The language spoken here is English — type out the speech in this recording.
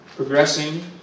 Progressing